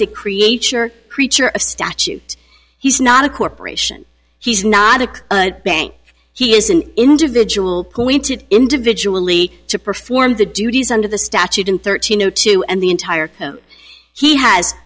it creates your creature of statute he's not a corporation he's not a bank he is an individual pointed individually to perform the duties under the statute in thirteen zero two and the entire